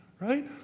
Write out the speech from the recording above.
right